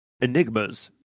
enigmas